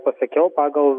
pasakiau pagal